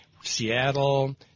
Seattle